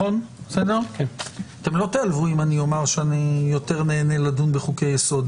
אתם לא תעלבו שאני יותר נהנה לדון בחוקי יסוד